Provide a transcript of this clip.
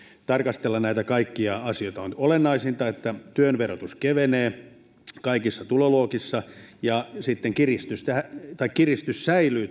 tarkastella näitä kaikkia asioita on olennaisinta että työn verotus kevenee kaikissa tuloluokissa ja sitten kiristys säilyy